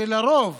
שלרוב